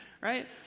right